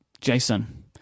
Jason